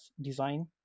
design